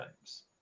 times